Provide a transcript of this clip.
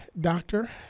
doctor